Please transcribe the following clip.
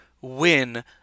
win